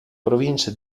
province